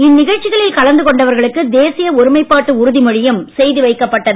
இந்நிகழ்ச்சிகளில் கலந்து கொண்டவர்களுக்கு தேசிய ஒருமைப்பாட்டு உறுதிமொழியும் செய்து வைக்கப்பட்டது